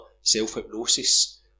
self-hypnosis